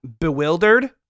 bewildered